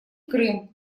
крым